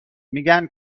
میگن